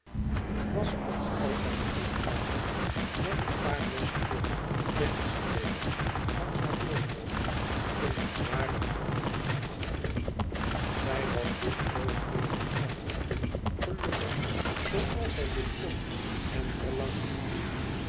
was als altijd eenvoudig met een paar losse vlokken weggestreken langs haar voorhoofd in een zwaren wrong naar achteren zij was dit oogenblik van afwachting gelukkig zooals zij dit kon en verlangde